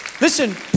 Listen